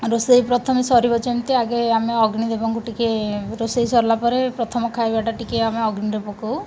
ରୋଷେଇ ପ୍ରଥମେ ସରିବ ଯେମିତି ଆଗେ ଆମେ ଅଗ୍ନି ଦେବଙ୍କୁ ଟିକେ ରୋଷେଇ ସରିଲା ପରେ ପ୍ରଥମ ଖାଇବାଟା ଟିକେ ଆମେ ଅଗ୍ନିରେ ପକାଉ